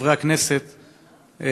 חברי הכנסת,